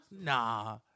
Nah